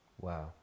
Wow